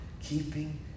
keeping